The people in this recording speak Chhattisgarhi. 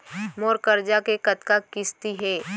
मोर करजा के कतका किस्ती हे?